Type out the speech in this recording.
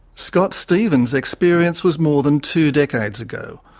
scott stephens' experience was more than two decades ago.